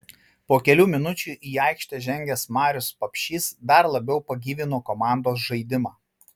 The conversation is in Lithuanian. po kelių minučių į aikštę žengęs marius papšys dar labiau pagyvino komandos žaidimą